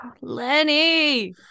Lenny